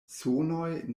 sonoj